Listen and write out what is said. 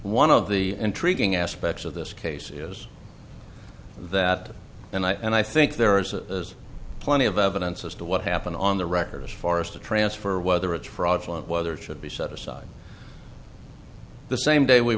one of the intriguing aspects of this case is that and i think there is a plenty of evidence as to what happened on the record as far as to transfer whether it's fraudulent whether it should be set aside the same day we